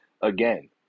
Again